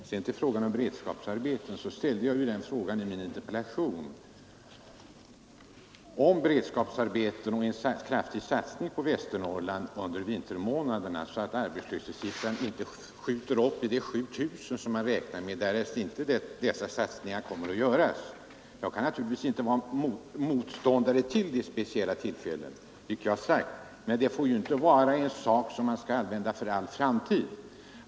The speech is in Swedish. I min interpellation efterlyste jag beredskapsarbeten och en kraftig satsning på Västernorrland under vintermånaderna så att arbetslöshetssiffran inte skjuter upp i de 7 000 som man räknar med, därest inte dessa satsningar kommer att göras. Jag kan naturligtvis inte vara motståndare till dessa speciella arbetstillfällen, dessa synpunkter har jag tidigare framfört i interpellationen, men det får inte vara något som man skall använda för all framtid.